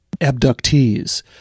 abductees